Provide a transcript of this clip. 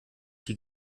die